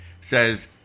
says